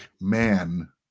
man